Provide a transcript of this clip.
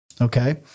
Okay